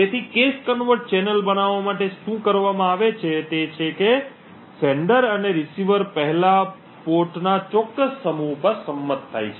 તેથી cache convert channel બનાવવા માટે શું કરવામાં આવે છે તે છે કે પ્રેષક અને પ્રાપ્તકર્તા પહેલા પોર્ટ ના ચોક્કસ સમૂહ પર સંમત થાય છે